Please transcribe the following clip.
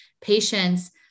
patients